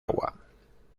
agua